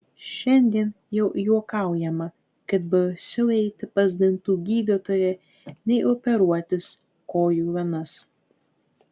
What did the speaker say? šiandien jau juokaujama kad baisiau eiti pas dantų gydytoją nei operuotis kojų venas